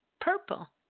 purple